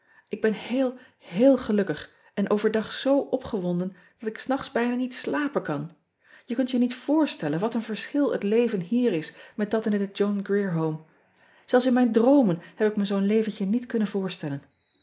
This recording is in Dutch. k ben heel heel gelukkig en overdag zoo opgewonden dat ik s nachts bijna niet slapen kan e kunt je niet voorstellen wat een verschil het leven hier is met dat in het ohn rier ome elfs in mijn droomen heb ik me zoo n leventje niet kunnen voorstellen